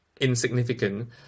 insignificant